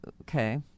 okay